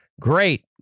Great